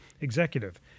executive